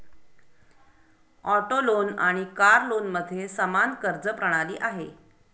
auto loan आणि car लोनमध्ये समान कर्ज प्रणाली आहे